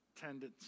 tendencies